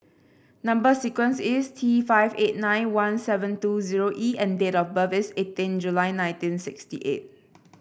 number sequence is T five eight nine one seven two zero E and date of birth is eighteen July nineteen sixty eight